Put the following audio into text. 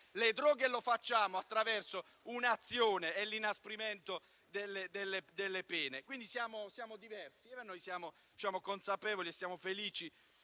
le droghe e lo facciamo attraverso un'azione di inasprimento delle pene. Quindi siamo diversi, ne siamo consapevoli e siamo felici